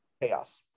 chaos